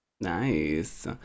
nice